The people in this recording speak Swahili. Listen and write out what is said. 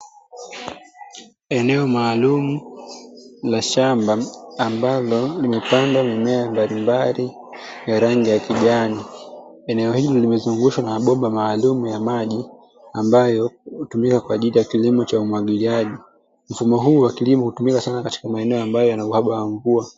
Eneo maalumu la shamba ambalo limepandwa mimea mbalimbali ya rangi ya kijani. Eneo hili limezungushwa na mabomba maalumu ya maji ambayo hutumika kwa ajili ya kilimo cha umwagiliaji. Mfumo huu wa kilimo hutumika sana katika maeneo ambayo yana uhaba wa mvua.